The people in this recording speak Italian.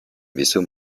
visto